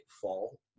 fall